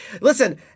listen